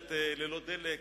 שנשארת ללא דלק,